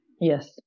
Yes